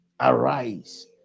arise